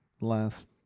last